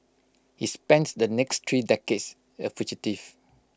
he spent the next three decades A fugitive